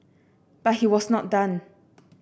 but he was not done